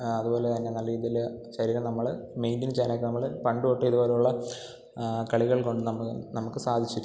അതു പോലെ തന്നെ നല്ല രീതിയിൽ ശരീരം നമ്മൾ മെയിൻറ്റെയിൻ ചെയ്യാനായിട്ട് നമ്മൾ പണ്ടു തൊട്ട് ഇതു പോലെയുള്ള കളികൾ കൊണ്ടു നമ്മൾ നമുക്ക് സാധിച്ചിരുന്നു